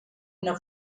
una